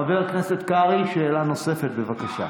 חבר הכנסת קרעי, שאלה נוספת, בבקשה.